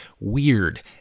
weird